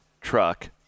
truck